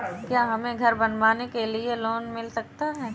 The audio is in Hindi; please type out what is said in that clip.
क्या हमें घर बनवाने के लिए लोन मिल सकता है?